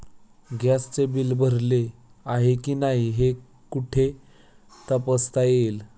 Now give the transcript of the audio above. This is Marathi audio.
गॅसचे बिल भरले आहे की नाही हे कुठे तपासता येईल?